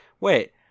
Wait